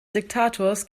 diktators